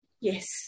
Yes